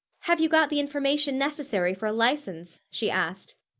have you got the information necessary for a license? she asked.